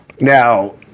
now